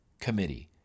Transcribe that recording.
committee